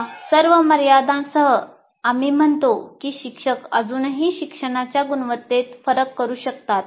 या सर्व मर्यादांसह आम्ही म्हणतो की शिक्षक अजूनही शिक्षणाच्या गुणवत्तेत फरक करू शकतात